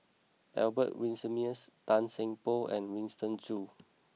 Albert Winsemius Tan Seng Poh and Winston Choos